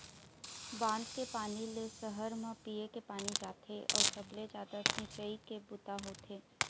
बांध के पानी ले सहर म पीए के पानी जाथे अउ सबले जादा सिंचई के बूता होथे